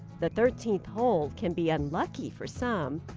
the thirteenth hole can be unlucky for some.